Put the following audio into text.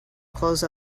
close